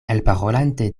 elparolante